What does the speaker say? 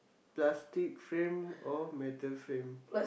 plastic frame or metal frame